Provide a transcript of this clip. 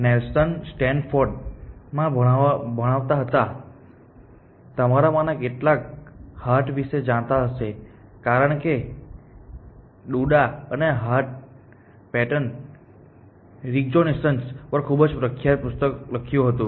Nelson સ્ટેનફોર્ડમાં ભણાવતા હતા તમારામાંના કેટલાક હાર્ટવિશે જાણતા હશે કારણ કે ડુડા અને હાર્ટ પેટર્ન રિકોજિનેશન પર ખૂબ જ પ્રખ્યાત પુસ્તક લખ્યું હતું